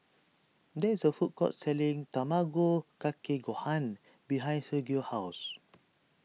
there is a food court selling Tamago Kake Gohan behind Sergio's house